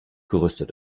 gerüstet